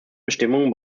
bestimmungen